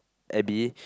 Abby